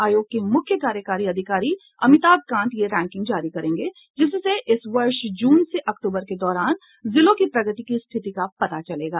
आयोग के मुख्य कार्यकारी अधिकारी अमिताभ कांत यह रैंकिंग जारी करेंगे जिससे इस वर्ष जून से अक्तूबर के दौरान जिलों की प्रगति की स्थिति का पता चलेगा